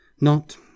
Not